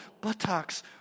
buttocks